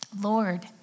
Lord